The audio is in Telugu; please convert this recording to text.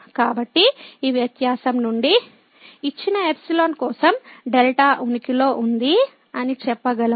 కాబట్టి ఈ వ్యత్యాసం నుండి ఇచ్చిన ϵ కోసం δ ఉనికిలో ఉంది అని చెప్పగలము